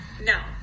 No